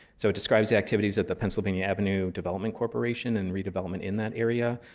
so it describes the activities at the pennsylvania avenue development corporation and redevelopment in that area,